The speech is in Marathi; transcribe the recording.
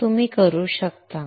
जे तुम्ही करू शकता